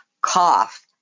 cough